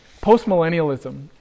postmillennialism